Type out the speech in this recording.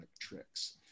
tricks